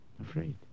afraid